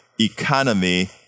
economy